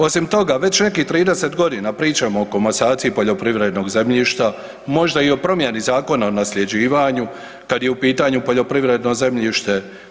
Osim toga, već nekih 30 godina pričamo o komasaciji poljoprivrednog zemljišta, možda i o promjeni Zakona o nasljeđivanju, kad je u pitanju poljoprivredno zemljište.